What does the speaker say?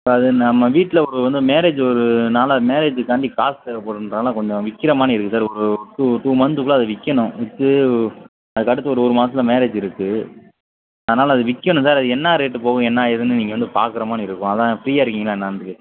அது நம்ம வீட்டில் ஒரு வந்து மேரேஜ் ஒரு மேரேஜ்ஜுக்காண்டி காசு தேவைப்படுதுன்றதுனால கொஞ்சம் விற்கிற மாரி இருக்குது சார் ஒரு ஒரு டூ டூ மந்த்துக்குள்ளே அதை விற்கணும் விற்று அதுக்கடுத்து ஒரு ஒரு மாசத்தில் மேரேஜ் இருக்குது அதனால் அதை விற்கணும் சார் என்ன ரேட்டு போகும் என்ன ஏதுன்னு நீங்கள் வந்து பார்க்குற மாதிரி இருக்கும் அதான் ஃப்ரீயாக இருக்கீங்களா என்னென்ட்டு